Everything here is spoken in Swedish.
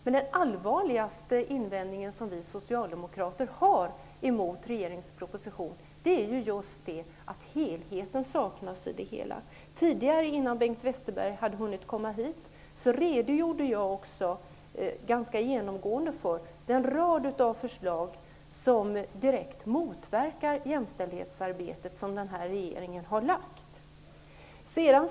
Men den allvarligaste invändningen som vi socialdemokrater har mot regeringens proposition är att just helheten saknas. Tidigare, innan Bengt Westerberg hade hunnit till kammaren, redogjorde jag också ganska ingående för den rad av förslag som direkt motverkar jämställdhetsarbetet som denna regering har lagt fram.